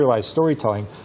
storytelling